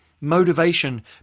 motivation